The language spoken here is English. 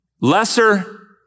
Lesser